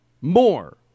More